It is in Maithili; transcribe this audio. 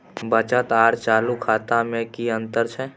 बचत आर चालू खाता में कि अतंर छै?